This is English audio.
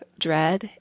dread